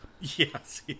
Yes